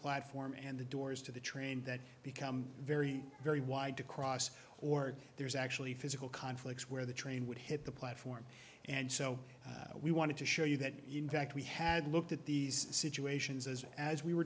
platform and the doors to the train that become very very wide across org there's actually physical conflicts where the train would hit the platform and so we wanted to show you that in fact we had looked at these situations as as we were